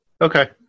Okay